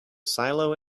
silo